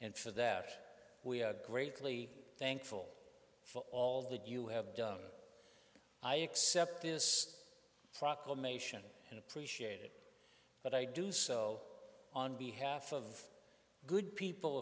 and for that we are greatly thankful for all that you have done i accept this proclamation and appreciate it but i do so on behalf of good people